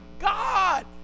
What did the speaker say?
God